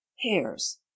HAIRS